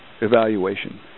evaluation